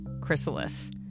chrysalis